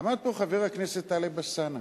עמד פה חבר הכנסת טלב אלסאנע,